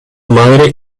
madre